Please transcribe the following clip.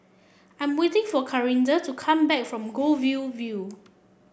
I'm waiting for Clarinda to come back from Goldview View